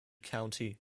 county